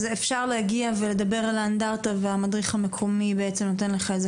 אז אפשר להגיע ולדבר על האנדרטה והמדריך המקומי בעצם נותן לך על זה